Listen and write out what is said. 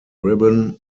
ribbon